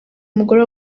umugore